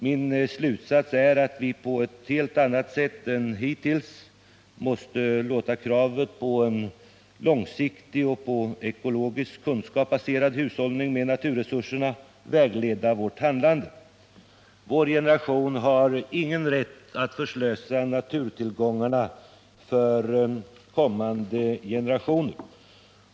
Min slutsats är att vi på ett helt annat sätt än hittills måste låta kravet på en långsiktig och på ekologisk kunskap baserad hushållning med naturresurserna vägleda vårt handlande. Vår generation har ingen rätt att förslösa naturtillgångarna för kommande generationer.